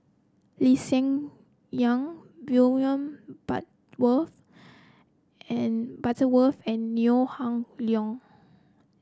Lee Hsien Yang William and Butterworth and Neo Ah Luan